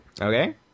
Okay